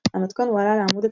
ומבקרי מוזיקה,